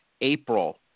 April